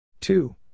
two